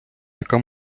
яка